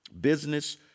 business